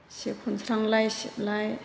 सि खनस्रांलाय सिबलाय